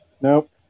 Nope